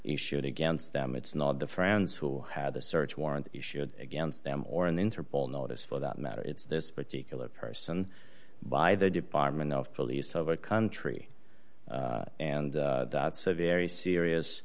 issued against them it's not the friends who had the search warrant issued against them or an interpol notice for that matter it's this particular person by the department of police of a country and that's a very serious